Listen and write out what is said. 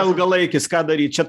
ilgalaikis ką daryt čia